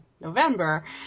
November